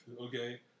Okay